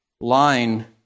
line